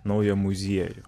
naują muziejų